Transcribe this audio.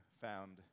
found